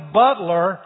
butler